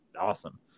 awesome